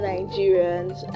Nigerians